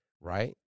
right